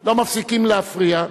לא מפסיקים להפריע.